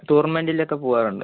ടൂർണമെൻറിലൊക്കെ പോകാറുണ്ട്